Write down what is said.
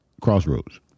Crossroads